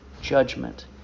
Judgment